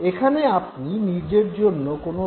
এখানে আপনি নিজের জন্য কোনো লক্ষ্য রাখেননি